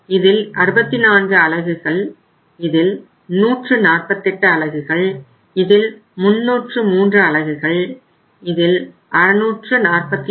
இதில் 64 அலகுகள் இதில் 148 அலகுகள் இதில் 303 அலகுகள் இதில் 642